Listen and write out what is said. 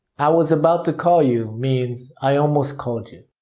i was about to call you means i almost called you.